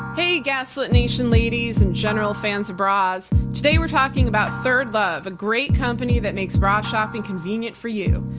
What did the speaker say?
hey, gaslit nation ladies and general fans of bras, today we're talking about third love, a great company that makes bra shopping convenient for you.